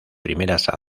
primeras